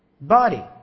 body